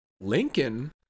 lincoln